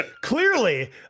clearly